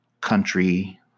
country